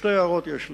שתי הערות יש לי.